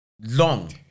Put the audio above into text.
long